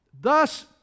Thus